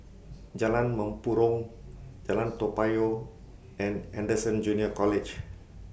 Jalan Mempurong Jalan Toa Payoh and Anderson Junior College